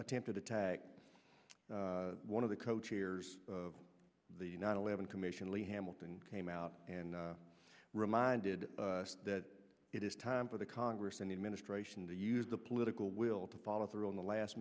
attempted attack one of the co chairs of the nine eleven commission lee hamilton came out and reminded us that it is time for the congress and the administration to use the political will to follow through on the last